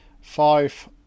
Five